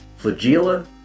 flagella